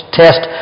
test